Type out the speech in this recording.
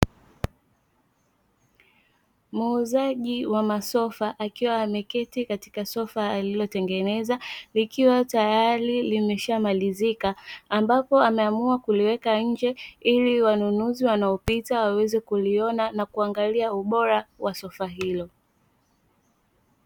Muuzaji wa masofa akiwa ameketi katoka sofa aliyotengeneza likiws tayari limeshamalizika ambapo ameamua kuliweka nje, ili wanunuzi wanaopita waweze kuliona na kuanhalia ubora wa sofa hilo.